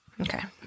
Okay